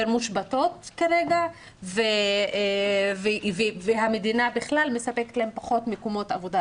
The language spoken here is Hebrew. מושבתות כרגע והמדינה בכלל מספקת להן פחות מקומות עבודה,